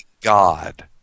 God